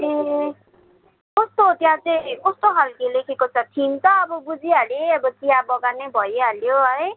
ए कस्तो त्यहाँ चाहिँ कस्तो खालके लेखेको छ थिम त अब बुझिहालेँ अब चिया बगानै भइहाल्यो है